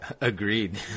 Agreed